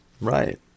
Right